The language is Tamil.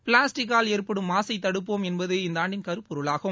பிளாஸ்டிக்கால் ஏற்படும் மாசை தடுப்போம் என்பது இந்தாண்டின் கருப்பொருளாகும்